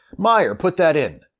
meyer, put that in!